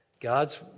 God's